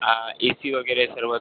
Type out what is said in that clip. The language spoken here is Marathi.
आं ए सी वगैरे सर्व तुम्हाला